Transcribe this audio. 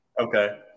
Okay